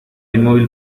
inmóvil